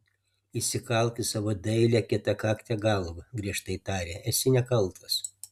įsikalk į savo dailią kietakaktę galvą griežtai tarė esi nekaltas